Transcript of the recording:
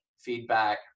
feedback